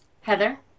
Heather